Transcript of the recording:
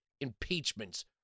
impeachments